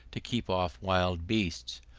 to keep off wild beasts,